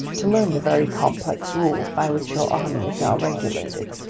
to learn the very complex rules by which your army is now regulated,